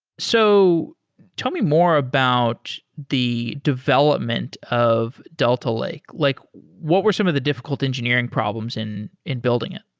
so tell me more about the development of delta lake. like what were some of the difficult engineering problems in in building it?